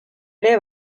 ere